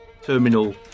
Terminal